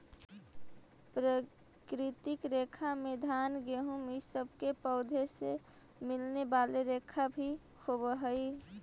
प्राकृतिक रेशा में घान गेहूँ इ सब के पौधों से मिलने वाले रेशा भी होवेऽ हई